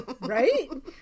Right